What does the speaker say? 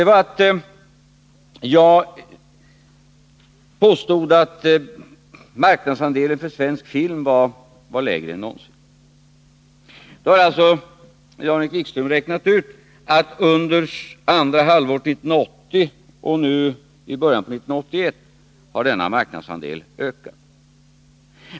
Det var att jag påstod att marknadsandelen för svensk film var lägre än någonsin. Jan-Erik Wikström har räknat ut att under andra halvåret 1980 och i början av år 1981 har denna marknadsandel ökat.